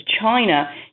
China